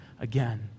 again